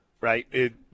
right